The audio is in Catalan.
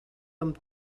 amb